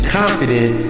confident